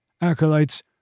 Acolytes